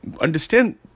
understand